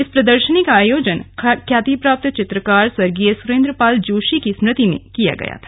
इस प्रदर्शनी का आयोजन ख्याति प्राप्त चित्रकार स्वर्गीय सुरेन्द्र पाल जोशी की स्मृति में किया गया है